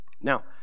Now